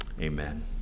Amen